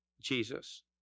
Jesus